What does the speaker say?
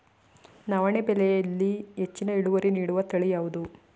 ನವಣೆ ಬೆಳೆಯಲ್ಲಿ ಹೆಚ್ಚಿನ ಇಳುವರಿ ನೀಡುವ ತಳಿ ಯಾವುದು?